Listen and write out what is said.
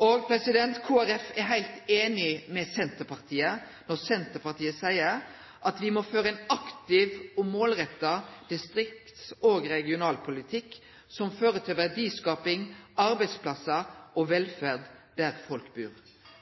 er heilt einig med Senterpartiet når Senterpartiet seier at me må føre ein aktiv og målretta distrikts- og regionalpolitikk som fører til verdiskaping, arbeidsplassar og velferd der folk bur.